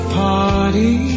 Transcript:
party